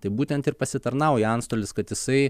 tai būtent ir pasitarnauja antstolis kad jisai